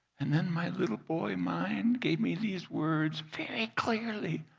and then, my little boy mind gave me these words very clearly,